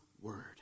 word